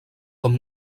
com